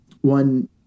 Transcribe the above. one